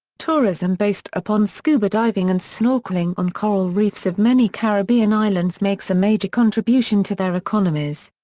tourism based upon scuba diving and snorkeling on coral reefs of many caribbean islands makes a major contribution to their economies.